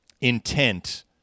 intent